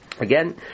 again